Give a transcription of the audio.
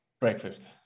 breakfast